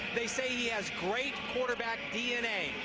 they say he has great quarterback dna.